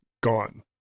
gone